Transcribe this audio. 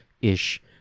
ish